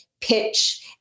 pitch